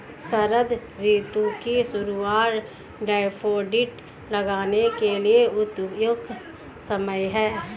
शरद ऋतु की शुरुआत डैफोडिल लगाने के लिए उपयुक्त समय है